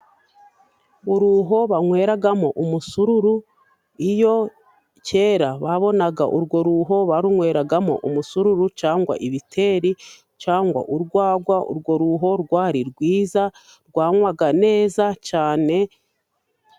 Uruho banyweramo umusururu, iyo kera babonaga urwo ruho barunyweragamo umusururu, cyangwa ibiteri, cyangwa urwagwa, urwo ruho rwari rwiza rwanywaga neza cyane.